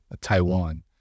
Taiwan